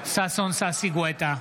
ששון ששי גואטה,